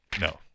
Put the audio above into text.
No